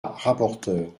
rapporteur